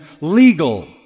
legal